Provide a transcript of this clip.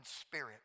spirit